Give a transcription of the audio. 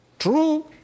True